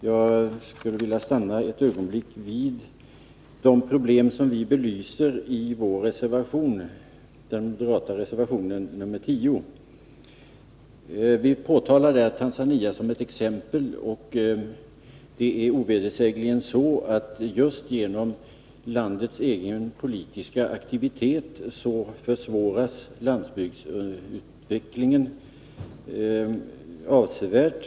Jag skulle vilja stanna ett ögonblick vid de problem som vi belyser i den moderata reservationen nr 10. Vi tar där upp Tanzania som exempel. Det är ovedersägligen så, att just genom landets egen politiska aktivitet försvåras landsbygdsutvecklingen avsevärt.